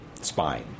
spine